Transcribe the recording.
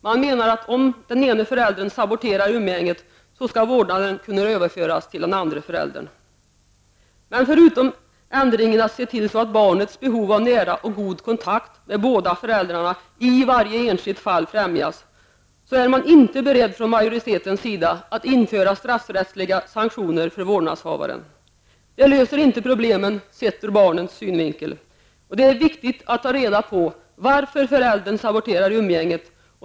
Man menar att om den ena föräldern saboterar umgänget skall vårdnaden kunna överföras till den andra föräldern. Men förutom ändringen att se till att barnets behov av nära och god kontakt med båda föräldrarna i varje enskilt fall främjas, är man inte beredd från majoritetens sida att införa straffrättsliga sanktioner för vårdnadshavaren. Det löser inte problemen sett ur barnets synvinkel. Det är viktigt att ta reda på varför föräldern saboterar umgänget.